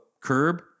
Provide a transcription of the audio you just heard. curb